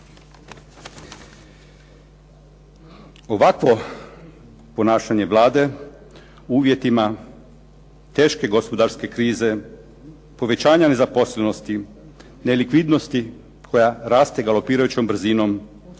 Ovakvo ponašanje Vlade u uvjetima teške gospodarske krize, povećanja nezaposlenosti, nelikvidnosti koja raste galopirajućom brzinom i